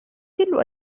تلو